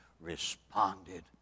responded